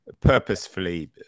purposefully